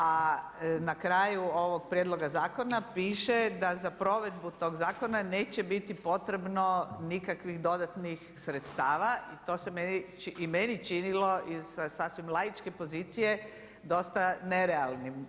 A na kraju ovog prijedloga zakona piše da za provedbu toga zakona neće biti potrebno nikakvih dodatnih sredstava i to se i meni činilo i sa sasvim laičke pozicije dosta nerealnim.